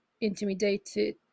intimidated